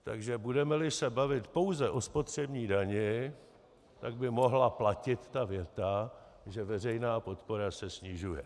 Takže budemeli se bavit pouze o spotřební dani, tak by mohla platit ta věta, že veřejná podpora se snižuje.